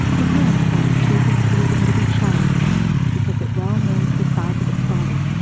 the hermit crab chooses to live in little shelves because it well knows the size of its body.